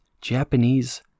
Japanese